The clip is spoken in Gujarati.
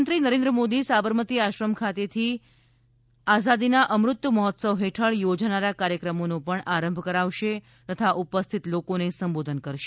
પ્રધાનમંત્રી નરેન્દ્ર મોદી સાબરમતી આશ્રમ ખાતેથી આઝાદીના અમૃત મહોત્સવ હેઠળ યોજાનારા કાર્યક્રમોનો આરંભ કરાવશે તથા ઉપસ્થિત લોકોને સંબોધન કરશે